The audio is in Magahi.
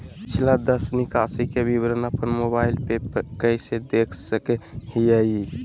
पिछला दस निकासी के विवरण अपन मोबाईल पे कैसे देख सके हियई?